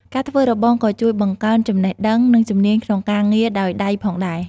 ការធ្វើរបងនេះក៏ជួយបង្កើនចំណេះដឹង និងជំនាញក្នុងការងារដោយដៃផងដែរ។